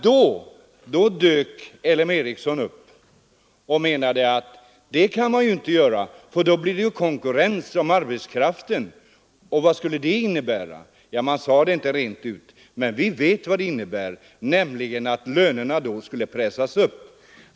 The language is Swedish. Då dök L M Ericsson upp och framhöll att man inte fick göra detta, eftersom det skulle skapa konkurrens om arbetskraften. Och vad skulle det innebära? Ja, man sade det inte rent ut, men vi vet: lönerna skulle då pressas upp.